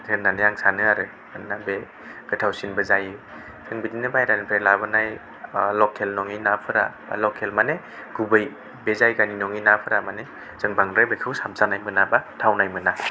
होननानै आं सानो आरो मानोना बे गोथावसिनबो जायो जों बिदिनो बायहेरानिफ्राय लाबोनाय लकेल नङि नाफोरा लकेल माने गुबै बे जायगानि नङि नाफोरा माने जों बांद्राय बेखौ साबजानाय मोना बा थावनाय मोना